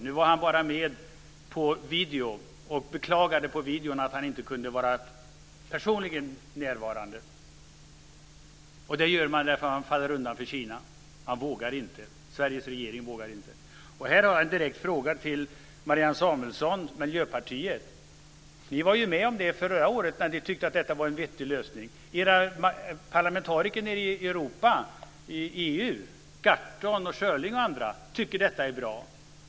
Nu var han bara med på video och beklagade att han inte kunde vara personligen närvarande. Detta gör man därför att man faller undan för Kina. Sveriges regering vågar inte. Här har jag en direkt fråga till Marianne Samuelsson, Miljöpartiet. Ni var med förra året och tyckte att det var en vettig lösning. Era parlamentariker i EU, Gahrton, Schörling och andra, tycker att vårt förslag är bra.